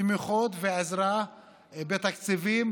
תמיכות ועזרה בתקציבים,